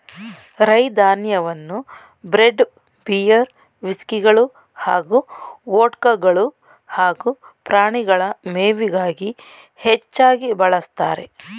ರೈ ಧಾನ್ಯವನ್ನು bread beer ವಿಸ್ಕಿಗಳು ಹಾಗೂ ವೊಡ್ಕಗಳು ಹಾಗೂ ಪ್ರಾಣಿಗಳ ಮೇವಿಗಾಗಿ ಹೆಚ್ಚಾಗಿ ಬಳಸ್ತಾರೆ